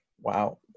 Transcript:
Wow